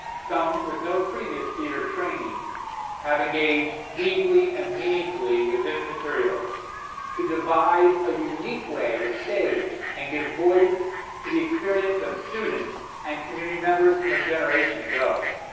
some with no previous theater training have engaged deeply and meaningfully with this material to devise a unique way to stage and give voice to the experience of students and community members from a generation ago.